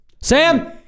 Sam